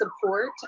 support